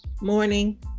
Morning